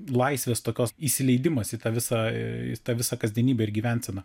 laisvės tokios įsileidimas į tą visą ta visą kasdienybę ir gyvenseną